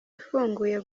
ifunguye